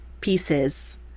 pieces